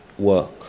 Work